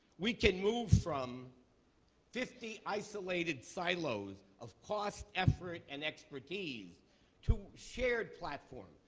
we can move from fifty isolated silos of cost, effort, and expertise to shared platform.